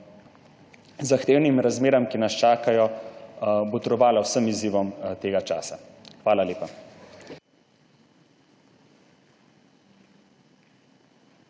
zahtevnim razmeram, ki nas čakajo, botrovala vsem izzivom tega časa.